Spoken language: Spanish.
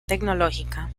tecnológica